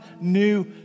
new